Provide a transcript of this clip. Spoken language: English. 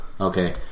okay